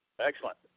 Excellent